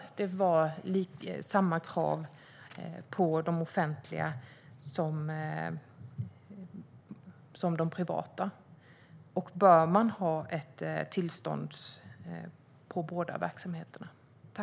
Bör det vara samma krav på de offentliga som på de privata verksamheterna? Bör det krävas tillstånd för båda verksamheterna?